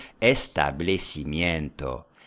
establecimiento